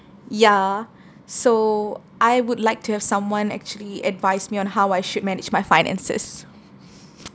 ya so I would like to have someone actually advise me on how I should manage my finances